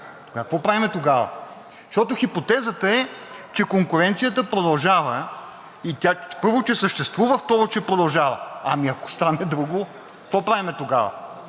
помните, какво правим тогава? Защото хипотезата е, че конкуренцията продължава, първо, че съществува, второ, че продължава. Ами ако стане друго, какво правим тогава?